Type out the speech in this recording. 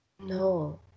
no